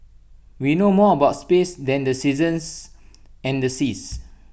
we know more about space than the seasons and the seas